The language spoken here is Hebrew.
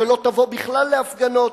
שלא תבוא בכלל להפגנות,